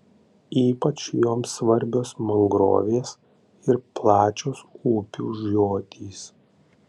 ypač joms svarbios mangrovės ir plačios upių žiotys